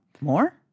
More